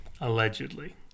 Allegedly